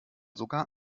sogar